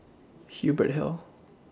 Hubert Hill